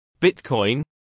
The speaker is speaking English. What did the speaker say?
Bitcoin